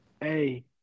Hey